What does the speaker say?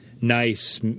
Nice